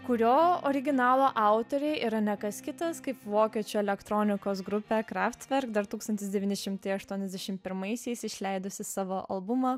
kurio originalo autoriai yra ne kas kitas kaip vokiečių elektronikos grupė kraftverk dar tūkstantis devyni šimtai aštuoniasdešim pirmaisiais išleidusi savo albumą